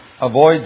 avoids